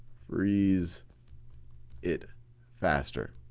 freeze it faster.